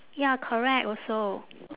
ya correct also